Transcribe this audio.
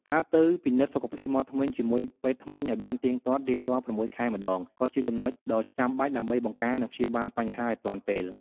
ការទៅពិនិត្យសុខភាពមាត់ធ្មេញជាមួយពេទ្យធ្មេញឱ្យបានទៀងទាត់រៀងរាល់៦ខែម្តង ក៏ជាចំណុចដ៏ចាំបាច់ដើម្បីបង្ការ និងព្យាបាលបញ្ហាឱ្យទាន់ពេល។